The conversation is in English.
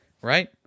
right